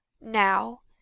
Now